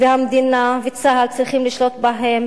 והמדינה וצה"ל צריכים לשלוט בהם,